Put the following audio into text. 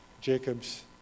Jacob's